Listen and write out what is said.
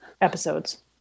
episodes